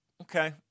okay